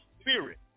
spirit